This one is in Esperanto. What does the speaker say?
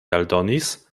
aldonis